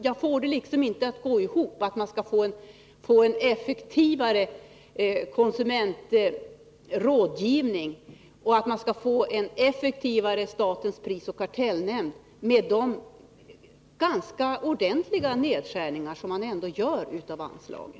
Jag får det nämligen inte att gå ihop — hur man skall få en effektivare konsumentrådgivning och en effektivare statens prisoch kartellnämnd genom att göra dessa ganska ordentliga nedskärningar av anslagen.